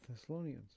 Thessalonians